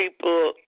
people